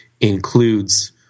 includes